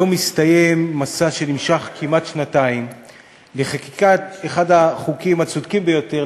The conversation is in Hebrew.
היום הסתיים מסע שנמשך כמעט שנתיים בחקיקת אחד החוקים הצודקים ביותר,